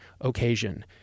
occasion